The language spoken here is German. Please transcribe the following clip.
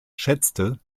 schätzte